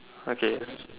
okay